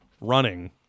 running